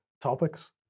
topics